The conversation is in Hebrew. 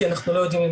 כי אנחנו לא יודעים,